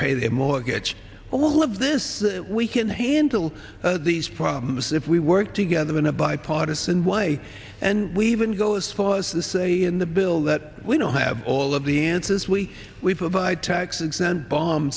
pay their mortgage all of this we can handle these problems if we work together in a bipartisan way and we even go as far as the say in the bill that we don't have all of the answers we we provide